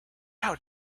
how